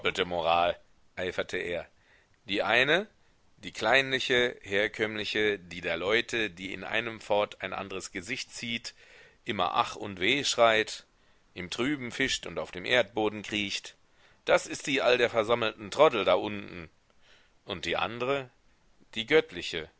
moral eiferte er die eine die kleinliche herkömmliche die der leute die in einem fort ein andres gesicht zieht immer ach und weh schreit im trüben fischt und auf dem erdboden kriecht das ist die all der versammelten troddel da unten und die andre die göttliche